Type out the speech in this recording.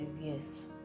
yes